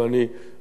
אדוני היושב-ראש,